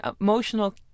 emotional